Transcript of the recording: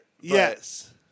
yes